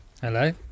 Hello